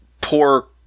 poor